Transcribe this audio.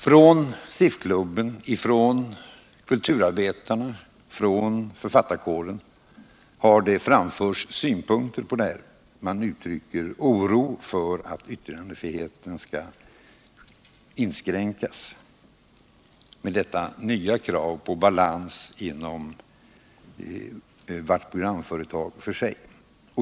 Från SIF-klubben, kulturarbetarna och författarkåren har det framförts synpunkter på detta. Man uttrycker oro för att yttrandefriheten skall inskränkas med detta nya krav på balans inom varje programföretag för sig.